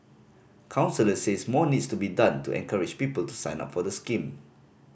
counsellors says more needs to be done to encourage people to sign up for the scheme